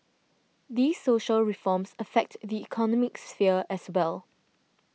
these social reforms affect the economic sphere as well